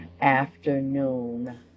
afternoon